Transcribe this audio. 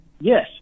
yes